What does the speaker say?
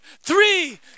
three